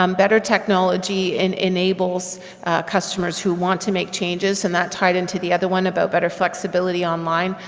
um better technology and enables customers who want to make changes and that tied into the other one about better flexibility online,